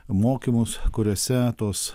mokymus kuriuose tos